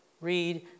Read